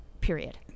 period